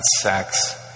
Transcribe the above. sex